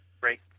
Great